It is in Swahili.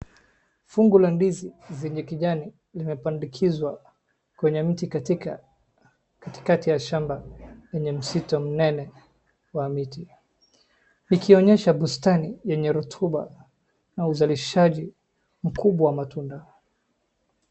Fungu la ndizi za kijani zimepandikizwa kwenye mti katikakati ya shamba yenye msitu mnene wa miti ikionyesha bustani lenye rotuba la uzalishaji mkubwa wa matunda.